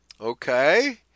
Okay